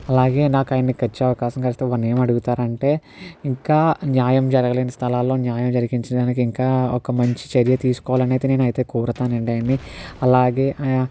అలాగే నాకు ఆయనకు కలిసే అవకాశం వస్తే వారిని ఏం అడుగుతానంటే ఇంకా న్యాయం జరగలేని స్థలాల్లో న్యాయం జరిపించడానికి ఇంకా ఒక మంచి చర్య తీసుకోవాలనైతే నేనైతే కోరుతాను అండి ఆయన్ని అలాగే